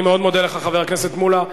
אני מאוד מודה לך, חבר הכנסת מולה.